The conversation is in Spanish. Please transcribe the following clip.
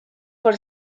por